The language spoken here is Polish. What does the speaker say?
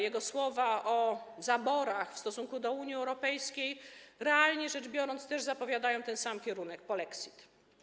Jego słowa o zaborach w stosunku do Unii Europejskiej, realnie rzecz biorąc, też zapowiadają ten sam kierunek - polexit.